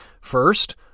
first